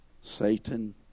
Satan